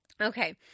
Okay